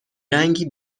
رنگی